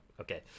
okay